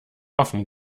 offen